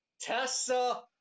Tessa